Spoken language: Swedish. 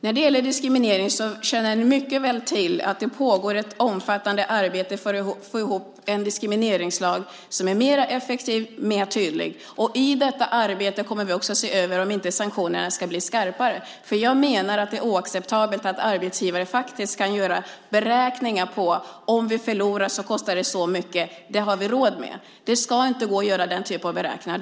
När det gäller diskriminering känner ni mycket väl till att det pågår ett omfattande arbete för att få ihop en diskrimineringslag som är mer effektiv, mer tydlig. Och i detta arbete kommer vi också att se över om inte sanktionerna ska bli skarpare. Jag menar nämligen att det är oacceptabelt att arbetsgivare faktiskt kan göra beräkningar och tänka: Om vi förlorar kostar det så här mycket - det har vi råd med. Det ska inte gå att göra den typen av beräkningar.